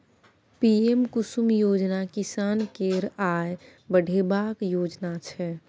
PM Kusum योजना किसान केर आय बढ़ेबाक योजना छै